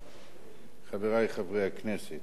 חברי חברי הכנסת,